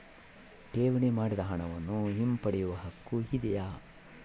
ಠೇವಣಿ ಮಾಡಿದ ಹಣವನ್ನು ಹಿಂಪಡೆಯವ ಹಕ್ಕು ಇದೆಯಾ?